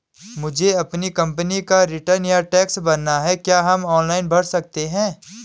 मुझे अपनी कंपनी का रिटर्न या टैक्स भरना है क्या हम ऑनलाइन भर सकते हैं?